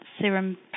serum